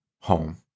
home